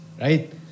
Right